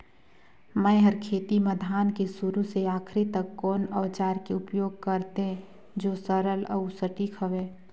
मै हर खेती म धान के शुरू से आखिरी तक कोन औजार के उपयोग करते जो सरल अउ सटीक हवे?